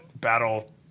battle